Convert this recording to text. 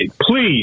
Please